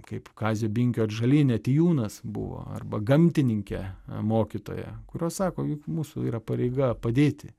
kaip kazio binkio atžalyne tijūnas buvo arba gamtininkė mokytoja kurios sako juk mūsų yra pareiga padėti